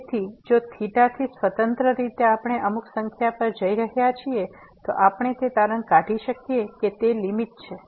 તેથી જો થીટા થી સ્વતંત્ર રીતે આપણે અમુક સંખ્યા પર જઈ રહ્યા છીએ તો આપણે તે તારણ કાઢી શકીએ કે તે લીમીટ છે